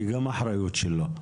היא גם אחריות שלו.